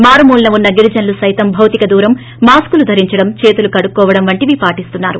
మారు మూలన వున్న గిరిజనులు సైతం భౌతిక దూరం మాస్కులు ధరించడం చేతులు కడుక్కోవడం పాటిస్తున్నారు